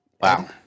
Wow